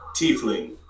tiefling